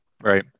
Right